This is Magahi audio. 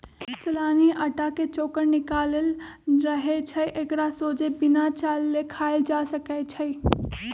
चलानि अटा के चोकर निकालल रहै छइ एकरा सोझे बिना चालले खायल जा सकै छइ